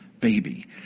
baby